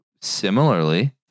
similarly